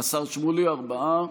השר שמולי, ארבעה.